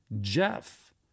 Jeff